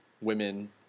women